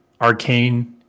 Arcane